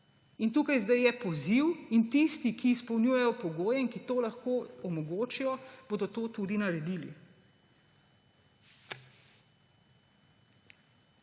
In tukaj zdaj je poziv. Tisti, ki izpolnjujejo pogoje in ki to lahko omogočijo, bodo to tudi naredili.